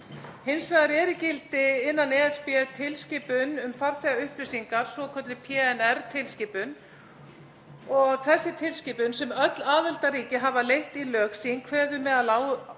Hins vegar er í gildi innan ESB tilskipun um farþegaupplýsingar, svokölluð PNR-tilskipun. Þessi tilskipun, sem öll aðildarríki hafa leitt í lög sín, kveður á um